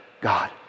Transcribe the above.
God